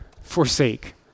forsake